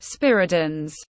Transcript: Spiridon's